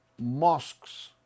mosques